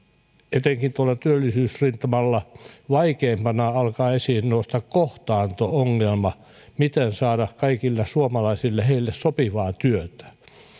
etenkin tuolla työllisyysrintamalla vaikeimpana alkaa esiin nousta kohtaanto ongelma miten saada kaikille suomalaisille sopivaa työtä